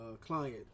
client